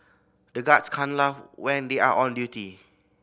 the guards can laugh when they are on duty